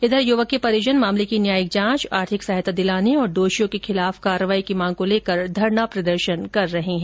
इधर युवक के परिजन मामले की न्यायिक जांच आर्थिक सहायता दिलाने और दोषियों के खिलाफ कार्रवाई की मांग को लेकर धरना प्रदर्शन कर रहे है